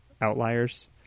outliers